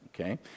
Okay